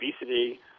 obesity